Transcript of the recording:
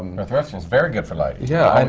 northwestern's very good for lighting. yeah,